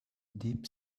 deep